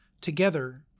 Together